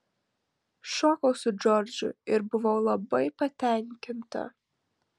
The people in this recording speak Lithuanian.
šokau su džordžu ir buvau labai patenkinta